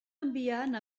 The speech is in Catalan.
enviant